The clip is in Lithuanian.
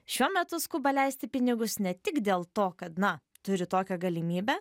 šiuo metu skuba leisti pinigus ne tik dėl to kad na turi tokią galimybę